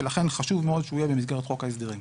ולכן חשוב מאוד שהוא יהיה במסגרת חוק ההסדרים.